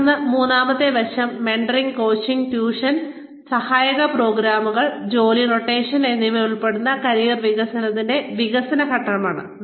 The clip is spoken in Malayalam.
തുടർന്ന് മൂന്നാമത്തെ വശം മെന്ററിംഗ് കോച്ചിംഗ് ട്യൂഷൻ സഹായ പ്രോഗ്രാമുകൾ ജോലി റൊട്ടേഷൻ എന്നിവ ഉൾപ്പെടുന്ന കരിയർ വികസനത്തിന്റെ വികസന ഘട്ടമാണ്